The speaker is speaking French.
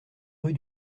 rue